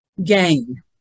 gain